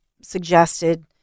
suggested